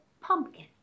pumpkin